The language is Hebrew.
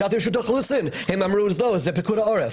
שאלת את רשות האוכלוסין אז הם שלחו אותי בחזרה לפיקוד העורף.